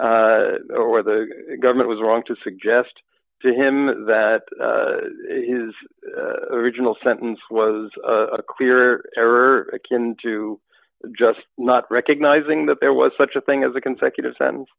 say or the government was wrong to suggest to him that his original sentence was a clear error akin to just not recognizing that there was such a thing as a consecutive sentence